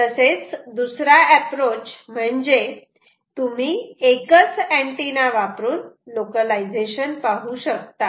तसेच दुसरा ऍप्रोच म्हणजे तुम्ही एकच अँटिना वापरून लोकलायझेशन पाहू शकतात